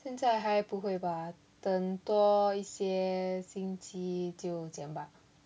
现在还不会吧等多一些星期就剪吧